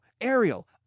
Ariel